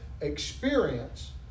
experience